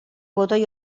botoi